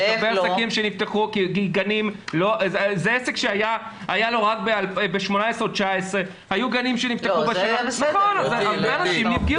זה עסק שהיה ב-18', 19'. הרבה אנשים נפגעו.